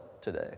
today